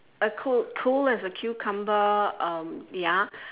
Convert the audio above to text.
a cool cool as a cucumber um ya